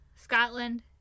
Scotland